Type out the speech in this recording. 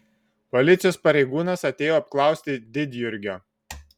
policijos pareigūnas atėjo apklausti didjurgio